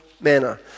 manner